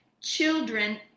children